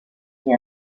s’y